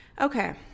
Okay